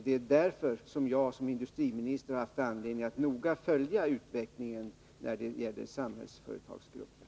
Det är därför jag som industriminister har haft anledning att noga följa utvecklingen när det gäller Samhällsföretagsgruppen.